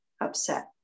upset